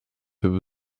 się